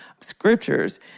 scriptures